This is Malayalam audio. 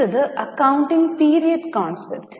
അടുത്തത് അക്കൌണ്ടിംഗ് പിരീഡ് കോൺസെപ്റ്